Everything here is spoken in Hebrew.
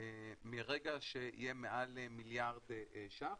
מרגע שיהיה מעל מיליארד שקלים.